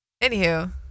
Anywho